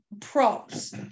Props